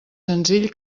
senzill